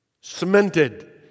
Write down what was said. cemented